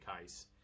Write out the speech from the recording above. case